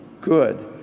good